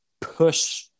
push